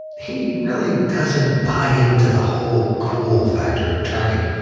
he really doesn't buy into the wh ole cool-factor of trucking.